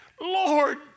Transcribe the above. Lord